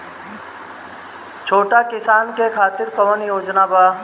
छोटा किसान के खातिर कवन योजना बा?